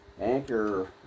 anchor